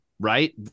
Right